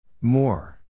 More